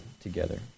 together